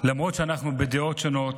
למרות שאנחנו בדעות שונות,